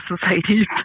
society